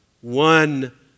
one